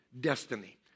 destiny